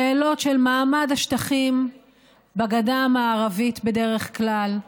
שאלות של מעמד השטחים בגדה המערבית בדרך כלל,